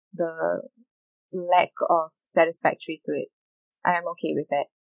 the lack of satisfactory to it I'm okay with that